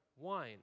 wine